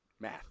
Math